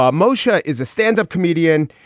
um moesha is a standup comedian.